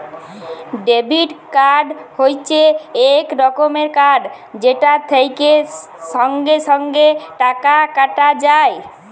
debit card হচ্যে এক রকমের কার্ড যেটা থেক্যে সঙ্গে সঙ্গে টাকা কাটা যায়